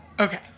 Okay